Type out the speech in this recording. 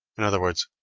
in other words,